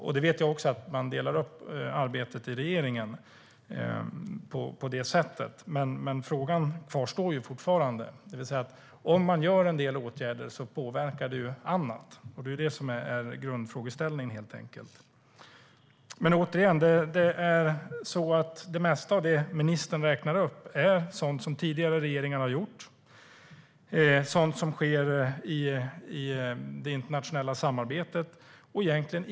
Jag vet att man delar upp arbetet i regeringen på det sättet, men frågan kvarstår. Om man gör en del åtgärder påverkar det annat, och det är det som är grundfrågeställningen. Återigen, det mesta av det ministern räknar upp är sådant som tidigare regeringar har gjort och sådant som sker i det internationella samarbetet.